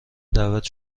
دعوت